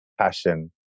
passion